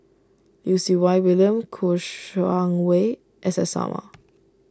Lim Siew Wai William Kouo Shang Wei S S Sarma